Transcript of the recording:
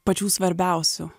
pačių svarbiausių